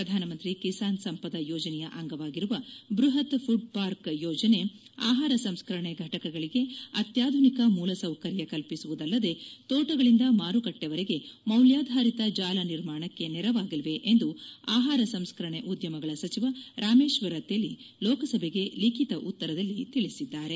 ಪ್ರಧಾನ ಮಂತ್ರಿ ಕಿಸಾನ್ ಸಂಪದ ಯೋಜನೆಯ ಅಂಗವಾಗಿರುವ ಬ್ಬಪತ್ ಘುಡ್ ಪಾರ್ಕ್ ಯೋಜನೆ ಆಹಾರ ಸಂಸ್ಕರಣೆ ಫಟಕಗಳಿಗೆ ಅತ್ಯಾಧುನಿಕ ಮೂಲಸೌಕರ್ ಕಲ್ಪಿಸುವುದಲ್ಲದೇ ತೋಟಗಳಿಂದ ಮಾರುಕಟ್ಟೆವರೆಗೆ ಮೌಲ್ವಾಧಾರಿತ ಜಾಲ ನಿರ್ಮಾಣಕ್ಕೆ ನೆರವಾಗಲಿವೆ ಎಂದು ಆಹಾರ ಸಂಸ್ಕರಣೆ ಉದ್ದಮಗಳ ಸಚಿವ ರಾಮೇಶ್ವರ ತೆಲಿ ಲೋಕಸಭೆಗೆ ಲಿಖಿತ ಉತ್ತರದಲ್ಲಿ ತಿಳಿಸಿದ್ದಾರೆ